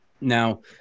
Now